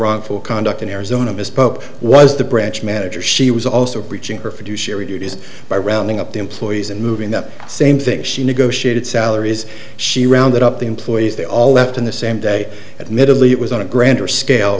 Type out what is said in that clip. wrongful conduct in arizona misspoke was the branch manager she was also reaching for fiduciary duties by rounding up the employees and moving the same things she negotiated salaries she rounded up the employees they all left in the same day at middleby it was on a grander scale it